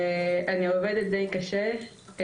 אני עובדת דיי קשה.